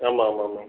ஆமாம் ஆமாம் ஆமாம்